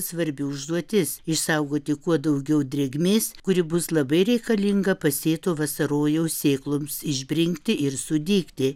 svarbi užduotis išsaugoti kuo daugiau drėgmės kuri bus labai reikalinga pasėto vasarojaus sėkloms išbrinkti ir sudygti